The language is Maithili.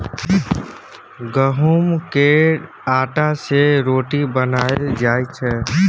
गहुँम केर आँटा सँ रोटी बनाएल जाइ छै